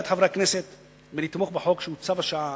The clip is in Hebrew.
את חברי הכנסת מלתמוך בחוק שהוא צו השעה